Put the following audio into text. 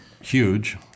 huge